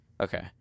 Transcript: Okay